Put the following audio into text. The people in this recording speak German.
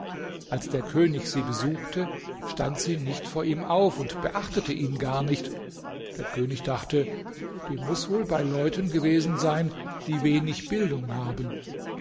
als der könig sie besuchte stand sie nicht vor ihm auf und beachtete ihn gar nicht der könig dachte die muß wohl bei leuten gewesen sein die wenig bildung haben